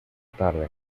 tarde